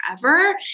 forever